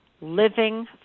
Living